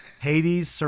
Hades